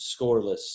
scoreless